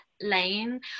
Lane